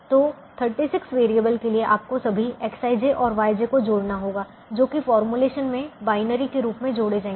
तो 36 वैरिएबल के लिए आपको सभी Xij और Yj को जोड़ना होगा जो कि फॉर्मूलेशन में बाइनरी वैरिएबल के रूप में जोड़े जाएंगे